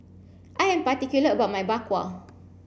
I am particular about my Bak Kwa